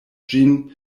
ĝin